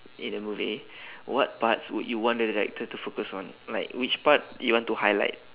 in a movie what parts would you want the director to focus on like which part you want to highlight